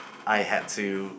I had to